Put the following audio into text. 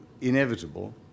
inevitable